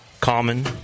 common